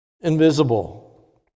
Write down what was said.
invisible